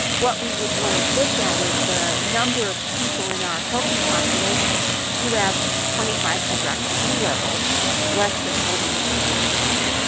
what we would want to look at is the number of people in our healthy population who have twenty five hydroxy d levels less than forty nanomoles per litre.